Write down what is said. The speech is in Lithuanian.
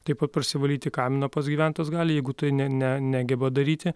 taip pat prasivalyti kaminą pats gyventojas gali jeigu tai ne ne negeba daryti